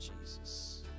Jesus